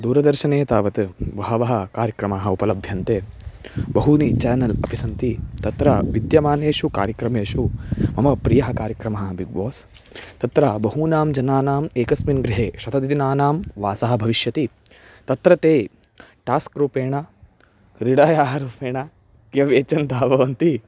दूरदर्शने तावत् बहवः कार्यक्रमाः उपलभ्यन्ते बहूनि चेनल् अपि सन्ति तत्र विद्यमानेषु कार्यक्रमेषु मम प्रियः कार्यक्रमः बिग्बास् तत्र बहूनां जनानाम् एकस्मिन् गृहे शतं दिनानां वासः भविष्यति तत्र ते टास्क् रूपेण क्रीडायाः रूपेण किमपि यच्छन्तः भवन्ति